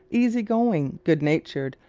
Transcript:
easy-going, good natured,